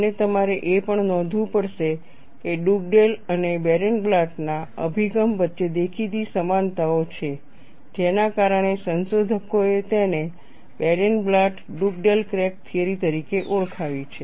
અને તમારે એ પણ નોંધવું પડશે કે ડુગડેલ અને બેરેનબ્લાટના અભિગમ વચ્ચે દેખીતી સમાનતાઓ છે જેના કારણે સંશોધકોએ તેને બેરેનબ્લાટ ડુગડેલ ક્રેક થિયરી તરીકે ઓળખાવી છે